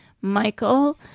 Michael